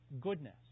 goodness